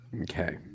okay